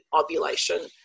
ovulation